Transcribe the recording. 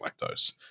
lactose